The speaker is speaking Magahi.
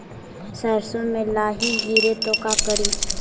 सरसो मे लाहि गिरे तो का करि?